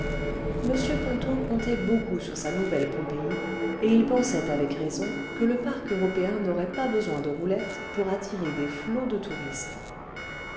m ponto comptait beaucoup sur sa nouvelle pompéi et il pensait avec raison que le parc européen n'aurait pas besoin de roulette pour attirer des flots de touristes